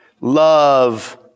love